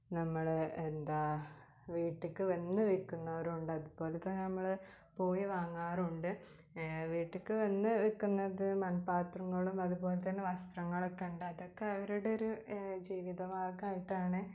നമ്മൾ എന്താ വീട്ടിലെക്ക് വന്ന് വിൽക്കുന്നവരുണ്ട് അതുപോലെ തന്നെ നമ്മൾ പോയി വാങ്ങാറുണ്ട് വീട്ടിക്ക് വന്ന് വിൽക്കുന്നത് മൺപാത്രങ്ങളും അതുപോലെ തന്നെ വസ്ത്രങ്ങളക്കെ ഉണ്ട് അതക്കെ അവരുടെ ഒരു ജീവിത മാർഗ്ഗമായിട്ടാണ്